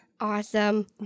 awesome